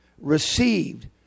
received